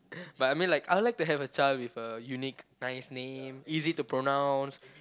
but I mean like I'll like to have a child with a unique nice name easy to pronounce